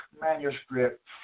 manuscript